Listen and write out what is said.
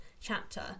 chapter